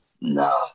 No